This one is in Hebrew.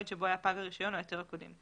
שבו היה פג הרישיון או ההיתר הקודם.